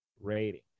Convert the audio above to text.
rating